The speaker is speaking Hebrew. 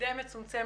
די מצומצמת,